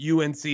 UNC